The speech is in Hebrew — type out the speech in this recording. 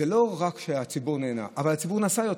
ולא רק שהציבור נהנה, הציבור נסע יותר.